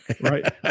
Right